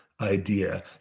idea